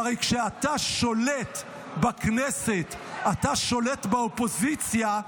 והרי כשאתה שולט בכנסת, אתה שולט באופוזיציה,